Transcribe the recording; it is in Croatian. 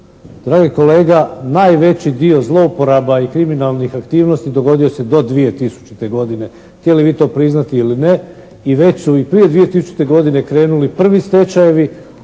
Dragi kolega najveći dio zlouporaba i kriminalnih aktivnosti dogodio se do 2000. godine htjeli vi to priznati ili ne i već su prije 2000. godine krenuli prvi stečajevi,